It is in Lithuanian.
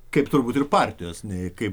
kaip turbūt ir partijos nei kaip